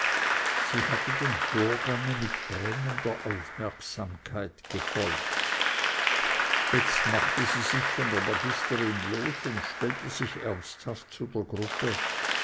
sie hatte dem vorgange mit brennender aufmerksamkeit gefolgt jetzt machte sie sich von der magisterin los und stellte sich ernsthaft zu der gruppe